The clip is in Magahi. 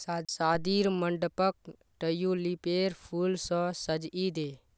शादीर मंडपक ट्यूलिपेर फूल स सजइ दे